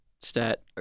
stat